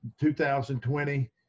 2020